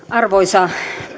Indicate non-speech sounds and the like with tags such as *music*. *unintelligible* arvoisa